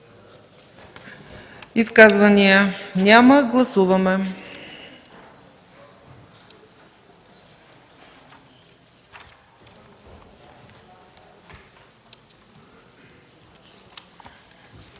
Изказвания? Няма. Гласуваме.